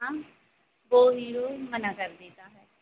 हाँ वह हीरो मना कर देता है